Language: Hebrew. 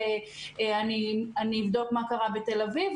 ואני אבדוק מה קרה בתל אביב,